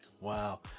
wow